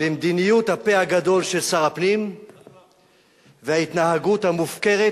במדיניות הפה הגדול של שר הפנים וההתנהגות המופקרת